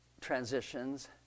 transitions